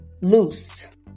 loose